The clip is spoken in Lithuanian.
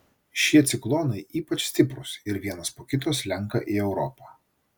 šie ciklonai ypač stiprūs ir vienas po kito slenka į europą